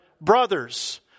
Brothers